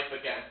again